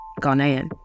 Ghanaian